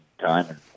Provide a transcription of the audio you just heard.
time